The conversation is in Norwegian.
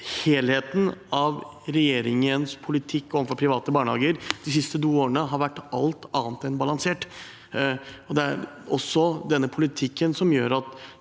helheten i regjeringens politikk overfor private barnehager de siste to årene har vært alt annet enn balansert, og det er også denne politikken som gjør at